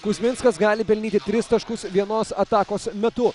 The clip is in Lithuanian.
kuzminskas gali pelnyti tris taškus vienos atakos metu